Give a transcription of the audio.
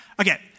Okay